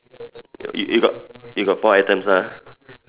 you you got you got four items ah